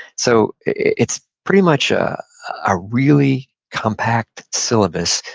so, it's pretty much a really compact syllabus.